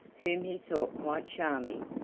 whom he thought quite charming,